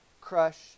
crush